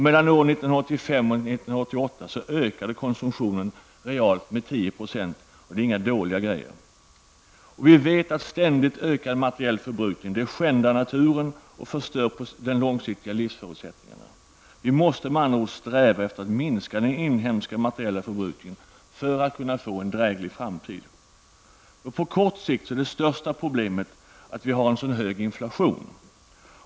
Mellan 1985 och 1988 ökade konsumtionen realt med 10 %. Det är inga dåliga grejor! Vi vet att ständigt ökad materiell förbrukning skändar naturen och förstör de långsiktiga livsförutsättningarna. Vi måste med andra ord sträva efter att minska den inhemska materiella förbrukningen för att kunna få en dräglig framtid. På kort sikt är det största problemet att vi har så hög inflation.